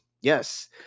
Yes